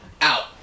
out